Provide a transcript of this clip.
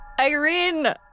Irene